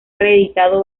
reeditado